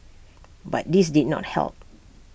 but this did not help